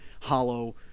hollow